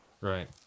Right